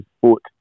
foot